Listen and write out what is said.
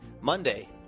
Monday